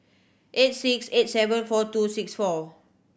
eight six eight seven four two six four